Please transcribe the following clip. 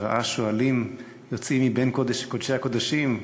שראה שועלים יוצאים מבין קודש קודשי הקודשים,